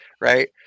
right